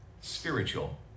spiritual